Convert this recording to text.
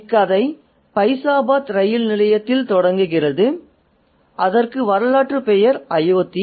இக்கதை பைசாபாத் ரயில் நிலையத்தில் தொடங்குகிறது அதற்கு வரலாற்று பெயர் அயோத்தி